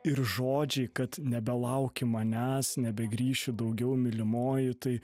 ir žodžiai kad nebelauki manęs nebegrįšiu daugiau mylimoji tai